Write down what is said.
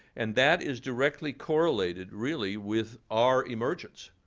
and that is directly correlated, really, with our emergence.